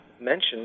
mentioned